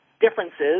differences